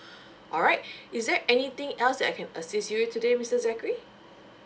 alright is there anything else that I can assist you with today mister zachary